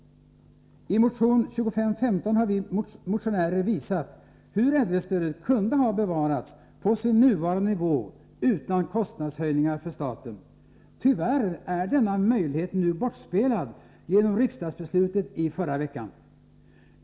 I motion 2515 har vi motionärer visat, hur äldrestödet kunde ha bevarats på sin nuvarande nivå utan kostnadshöjningar för staten. Tyvärr är denna möjlighet nu bortspelad genom riksdagsbeslutet i förra veckan.